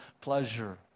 pleasure